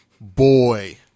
Boy